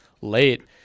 late